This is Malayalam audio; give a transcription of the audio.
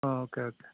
ആ ഓക്കെ ഓക്കെ